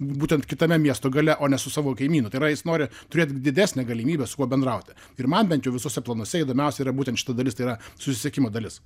būtent kitame miesto gale o ne su savo kaimynu tai yra jis nori turėti didesnę galimybę su kuo bendrauti ir man bent jau visuose planuose įdomiausia yra būtent šita dalis tai yra susisiekimo dalis